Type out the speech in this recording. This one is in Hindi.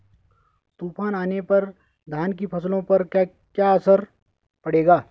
तूफान आने पर धान की फसलों पर क्या असर पड़ेगा?